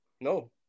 No